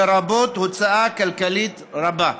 לרבות הוצאה כלכלית רבה.